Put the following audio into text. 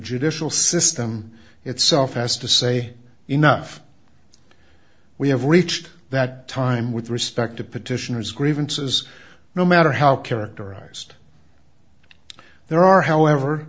judicial system itself has to say enough we have reached that time with respect to petitioners grievances no matter how characterized there are however